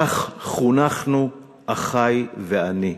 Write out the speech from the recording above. כך חונכנו אחי ואני: